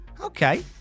Okay